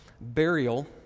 burial